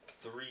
three